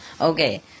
Okay